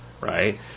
right